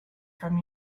from